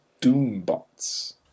doom-bots